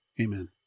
Amen